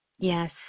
Yes